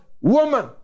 woman